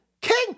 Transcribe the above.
King